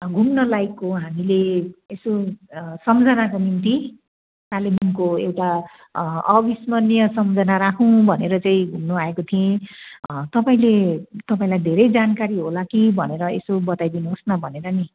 घुम्न लायकको हामीले यसो सम्झनाको निम्ति कालेबुङको एउटा अविस्मरणीय सम्झना राखौँ भनेर चाहिँ घुम्नु आएको थिएँ तपाईँले तपाईँलाई धेरै जानकारी होला कि भनेर यसो बताइदिनु होस् न भनेर नि